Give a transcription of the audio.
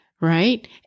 right